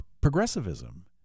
progressivism